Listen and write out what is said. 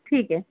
ٹھیک ہے